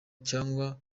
cyangwa